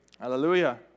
Hallelujah